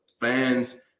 fans